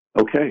Okay